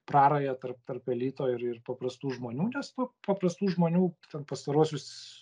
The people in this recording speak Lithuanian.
prarają tarp tarp elito ir ir paprastų žmonių nes paprastų žmonių ten pastaruosius